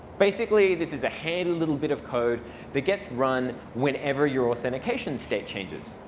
basically, this is a handy little bit of code that gets run whenever your authentication state changes.